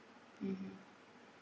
mmhmm